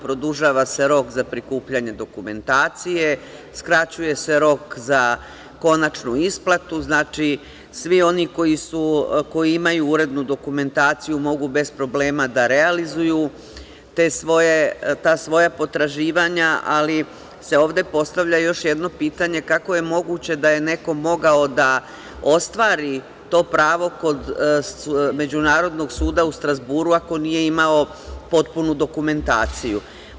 Produžava se rok za prikupljanje dokumentacije, skraćuje se rok za konačnu isplatu, znači svi oni koji imaju urednu dokumentaciju mogu bez problema da realizuju ta svoja potraživanja, ali se ovde postavlja još jedno pitanje – kako je moguće da je neko mogao da ostvari to pravo kod Međunarodnog suda u Strazburu ako nije imao potpunu dokumentaciju?